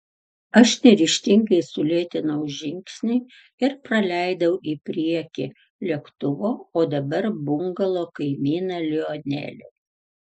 aš neryžtingai sulėtinau žingsnį ir praleidau į priekį lėktuvo o dabar bungalo kaimyną lionelį